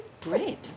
Bread